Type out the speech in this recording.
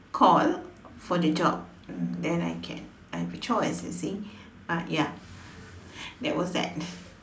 call for the job then I can I have a choice you see but ya that was that